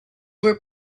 were